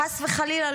חס וחלילה,